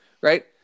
Right